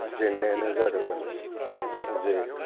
जेंनायानो जादोंमोन जे